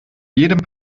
jedem